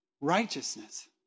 righteousness